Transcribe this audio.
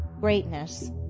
greatness